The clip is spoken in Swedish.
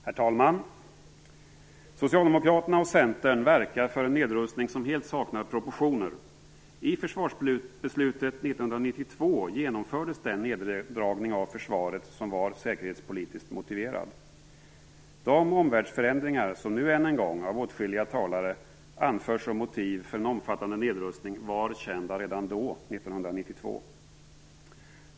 Herr talman! Socialdemokraterna och Centern verkar för en nedrustning som helt saknar proportioner. I försvarsbeslutet 1992 genomfördes den neddragning av försvaret som var säkerhetspolitiskt motiverad. De omvärldsförändringar som av åtskilliga talare nu än en gång anförs som motiv för en omfattande nedrustning var kända redan då, 1992.